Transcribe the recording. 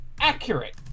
accurate